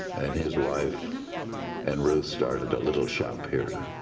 and his wife and ruth started a little shop here.